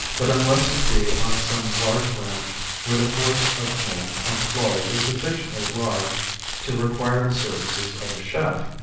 but unless it be on some large ranch where the force of men employed is sufficiently large to require the services of a chef,